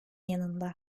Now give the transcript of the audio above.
yanında